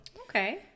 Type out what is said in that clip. okay